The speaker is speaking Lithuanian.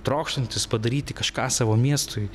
trokštantis padaryti kažką savo miestui